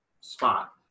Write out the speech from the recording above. spot